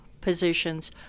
positions